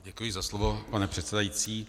Děkuji za slovo, pane předsedající.